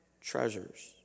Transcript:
treasures